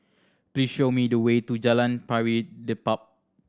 please show me the way to Jalan Pari Dedap